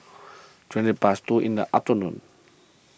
twenty past two in the afternoon